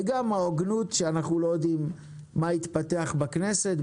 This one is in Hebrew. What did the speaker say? וגם ההוגנות שאנחנו לא יודעים מה יתפתח בכנסת,